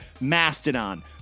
Mastodon